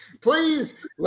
please